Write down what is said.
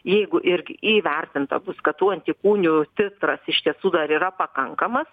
jeigu irgi įvertinta bus kad tų antikūnių titras iš tiesų dar yra pakankamas